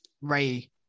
Ray